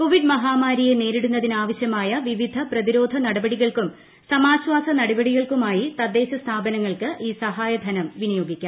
Covid മഹാമാരിയെ നേരിടുന്നതിന് ആവശ്യമായ വിവിധ പ്രതിരോധ നടപടികൾക്കും സമാശ്വാസ നടപടികൾക്കുമായി തദ്ദേശ സ്ഥാപനങ്ങൾക്ക് ഈ സഹായ ധനം വിനിയോഗിക്കാം